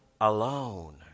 alone